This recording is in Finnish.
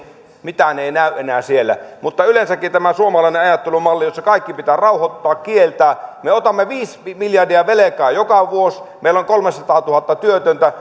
mitään ei näy enää siellä mutta yleensäkin tämä suomalainen ajattelumalli jossa kaikki pitää rauhoittaa kieltää me otamme viisi miljardia velkaa joka vuosi meillä on kolmesataatuhatta työtöntä